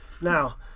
Now